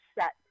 set